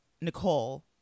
Nicole